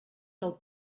del